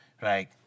right